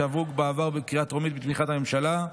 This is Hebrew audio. שעברו בקריאה טרומית בתמיכת הממשלה.